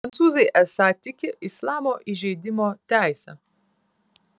prancūzai esą tiki islamo įžeidimo teise